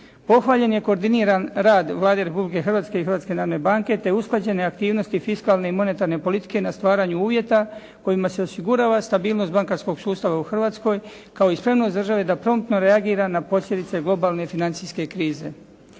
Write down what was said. Pohvaljen je koordinirani rad Vlade Republike Hrvatske i Hrvatske narodne banke, te usklađene aktivnosti fiskalne i monetarne politike na stvaranju uvjete kojima se osigurava stabilnost bankarskog sustava u Hrvatskoj kao i spremnost države da promptno reagira na posljedice globalne financijske krize.